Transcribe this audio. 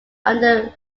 under